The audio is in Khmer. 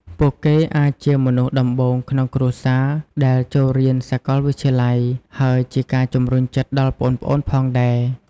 ពួកគេអាចជាមនុស្សដំបូងក្នុងគ្រួសារដែលចូលរៀនសាកលវិទ្យាល័យ ហើយជាការជំរុញចិត្តដល់ប្អូនៗផងដែរ។